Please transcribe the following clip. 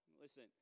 Listen